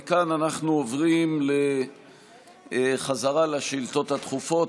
מכאן אנחנו עוברים בחזרה לשאילתות הדחופות.